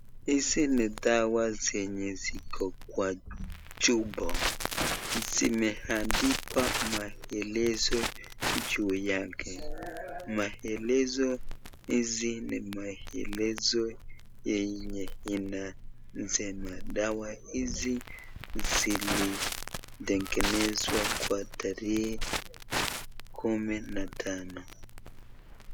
Hizi ni dawa zenye ziko kwa chupa. Zimeandikwa maelezo juu yake. Maelezo hizi ni maelezo yenye inasema na dawa hizi zilitengenezwa kwa tarehe kumi na tano .